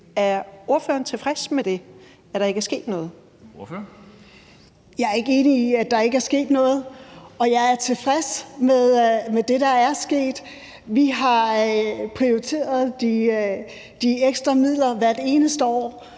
Ordføreren. Kl. 10:54 Julie Skovsby (S): Jeg er ikke enig i, at der ikke er sket noget, og jeg er tilfreds med det, der er sket. Vi har prioriteret de ekstra midler hvert eneste år,